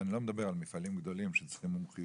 אבל אני לא מדבר על מפעלים גדולים שצריכים מומחיות.